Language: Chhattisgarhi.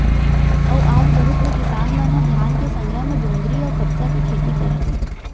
अउ आज बहुत ले किसान मन ह धान के संघरा म जोंधरी अउ कपसा के खेती करत हे